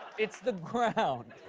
it's the ground.